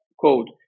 code